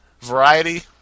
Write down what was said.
Variety